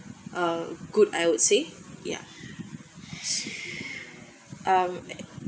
uh good I would say yeah um